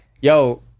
yo